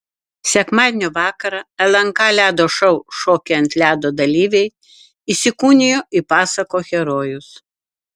sekmadienio vakarą lnk ledo šou šokiai ant ledo dalyviai įsikūnijo į pasakų herojus